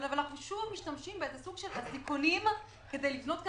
אבל אנחנו שוב משתמשים בסוג של אזיקונים כדי לבנות טריבונה.